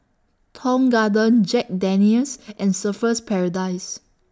Tong Garden Jack Daniel's and Surfer's Paradise